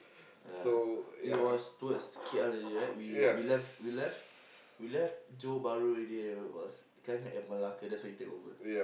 ya it was towards K_L already right we we left we left we left Johor-Bahru already it was kind of at Malacca that's where you take over